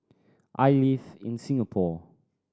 I live in Singapore